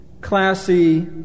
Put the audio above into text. classy